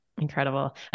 Incredible